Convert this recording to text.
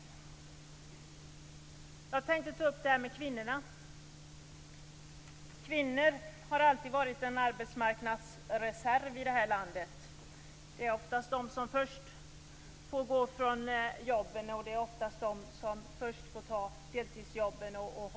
Jag vill här peka på kvinnorna, som alltid har varit en arbetsmarknadsreserv i vårt land. Det är oftast de som först får gå från jobben, som först får ta deltidsjobben osv.